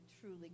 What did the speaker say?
truly